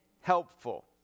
helpful